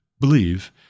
believe